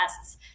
tests